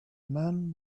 men